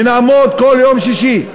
ונעמוד כל יום שישי.